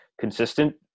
consistent